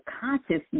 consciousness